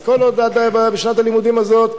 אז כל זה היה בשנת הלימודים הזאת,